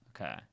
Okay